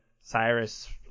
Cyrus